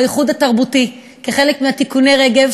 בייחוד התרבותי כחלק מתיקוני רגב,